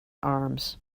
arms